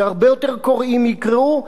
שהרבה יותר קוראים יקראו,